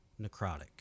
necrotic